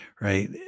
right